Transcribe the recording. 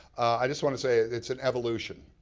i just want to say it's an evolution.